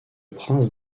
prince